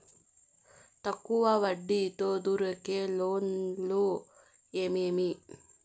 తక్కువ వడ్డీ తో దొరికే లోన్లు ఏమేమీ?